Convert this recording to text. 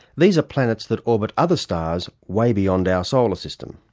these are planets that orbit other stars way beyond our solar system.